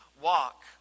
walk